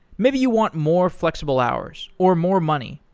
maybe you want more flexible hours, or more money,